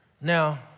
Now